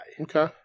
Okay